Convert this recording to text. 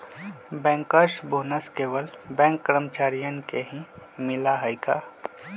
Bankers bonus केवल bank कर्मचारियन के ही मिला हई का?